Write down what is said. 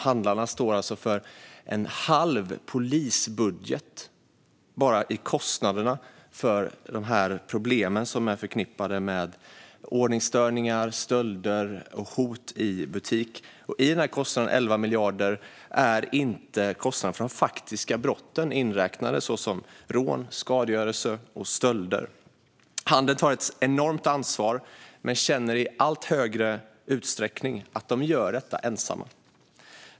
Handlarna står alltså för en halv polisbudget bara för kostnaderna för de problem som är förknippade med ordningsstörningar, stölder och hot i butik. I kostnaden 11 miljarder är inte kostnaderna för de faktiska brotten inräknade, såsom rån, skadegörelse och stölder. Handeln tar ett enormt ansvar, men känner i allt större utsträckning att de gör detta ensamma.